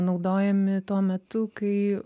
naudojami tuo metu kai